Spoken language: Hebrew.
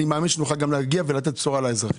אני מאמין שנוכל להגיע ולהביא בשורה לאזרחים.